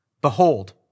behold